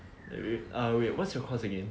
wait wait uh what's your course again